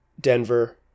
Denver